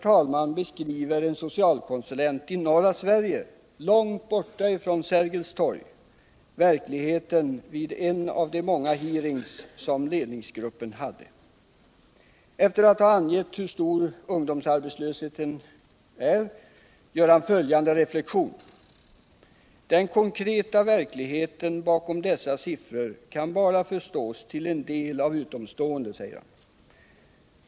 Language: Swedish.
En socialkonsulent i norra Sverige långt borta från Sergels torg — gjorde vid en av de många hearings som ledningsgruppen hade följande reflexion, efter att ha angett hur stor ungdomsarbetslösheten är: ”Den konkreta verkligheten bakom dessa siffror kan bara förstås till en del av utomstående.